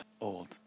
old